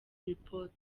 report